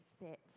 sit